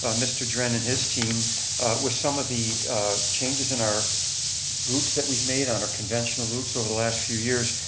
ah mr. dren and his team with some of the changes in our routes that we've made on our conventional routes over the last few years,